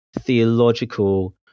theological